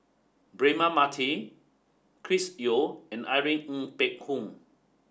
Braema Mathi Chris Yeo and Irene Ng Phek Hoong